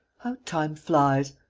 how time flies!